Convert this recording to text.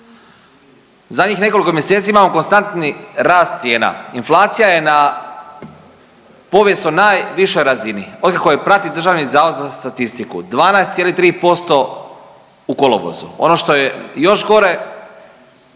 Zadnjih nekoliko mjeseci imamo konstantni rast cijena. Inflacija je na povijesno najvišoj razini od kako je prati Državni zavod za statistiku. 12,3% u kolovozu. Ono što je još gore